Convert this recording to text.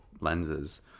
lenses